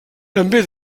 també